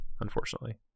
Unfortunately